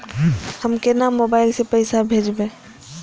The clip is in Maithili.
हम केना मोबाइल से पैसा भेजब?